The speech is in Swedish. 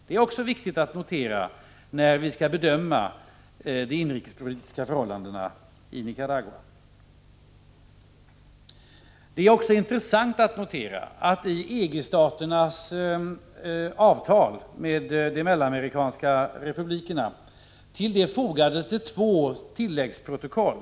Det är också viktigt att notera när vi skall bedöma de inrikespolitiska förhållandena i Nicaragua. Det är vidare intressant att notera att till EG-staternas avtal med de mellanamerikanska republikerna fogades två tilläggsprotokoll.